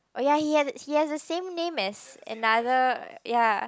oh ya he has he has the same name as another ya